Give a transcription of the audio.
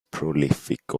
prolific